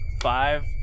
Five